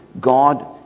God